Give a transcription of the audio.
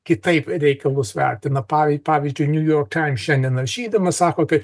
kitaip reikalus vertina pavy pavyzdžiui niujork time šiandien rašydamas sako kad